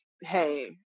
hey